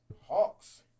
Hawks